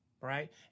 right